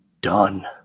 done